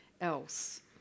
else